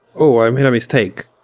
oh, i made a mistake.